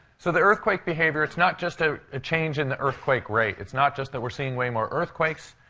so the earthquake behavior, it's not just ah a change in the earthquake rate. it's not just that we're seeing way more earthquakes.